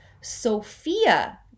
Sophia